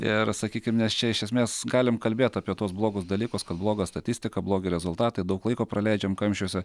ir sakykim nes čia iš esmės galim kalbėt apie tuos blogus dalykus kad bloga statistika blogi rezultatai daug laiko praleidžiam kamščiuose